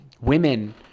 women